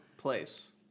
place